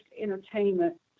entertainment